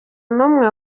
n’umwe